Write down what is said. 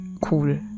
cool